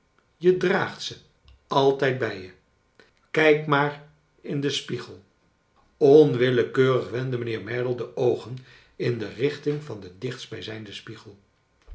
je draagt ze altijd bij je kijk maar in den spiegel onwillekeurig wendde mijnheer merdle de oogen in de richting van den dichtstbijzijnden spiegel